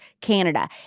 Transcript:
Canada